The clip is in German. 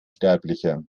sterblicher